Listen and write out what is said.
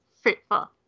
fruitful